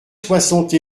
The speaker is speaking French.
soixante